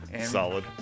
solid